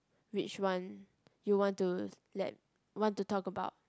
which one you want to let want to talk about